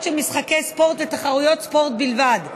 של משחקי ספורט ותחרויות ספורט בלבד,